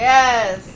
Yes